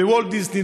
בוולט דיסני.